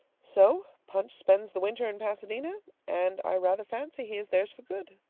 so punch spends the winter in pasadena and i rather fancy he is theirs for good.